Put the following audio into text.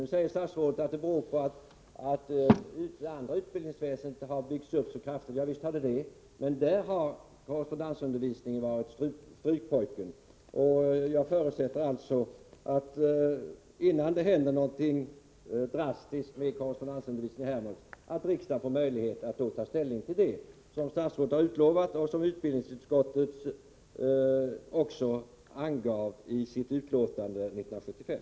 Nu säget statsrådet att det beror på att det övriga utbildningsväsendet byggts ut så kraftigt. Ja, visst är det så. Men korrespondensundervisningen har samtidigt så att säga fått vara strykpojken. Jag förutsätter alltså att riksdagen, innan någonting drastiskt händer beträffande korrespondensundervisningen vid Hermods, får möjlighet att ta ställning i denna fråga — vilket statsrådet utlovat och utbildningsutskottet angett i ett betänkande 1975.